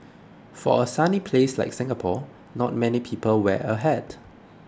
for a sunny place like Singapore not many people wear a hat